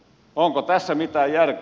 onko tässä mitään järkeä